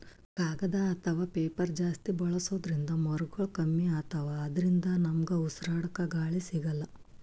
ಕಾಗದ್ ಅಥವಾ ಪೇಪರ್ ಜಾಸ್ತಿ ಬಳಸೋದ್ರಿಂದ್ ಮರಗೊಳ್ ಕಮ್ಮಿ ಅತವ್ ಅದ್ರಿನ್ದ ನಮ್ಗ್ ಉಸ್ರಾಡ್ಕ ಗಾಳಿ ಸಿಗಲ್ಲ್